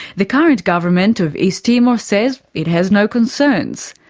the current government of east timor says it has no concerns.